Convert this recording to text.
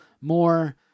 more